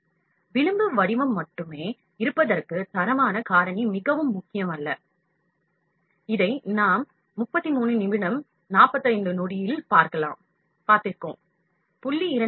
எனவே விளிம்பு வடிவம் மட்டுமே இருப்பதற்கு தரமான காரணி மிகவும் முக்கியமல்லநேரம் 3345 ஐப் பார்க்கவும் 0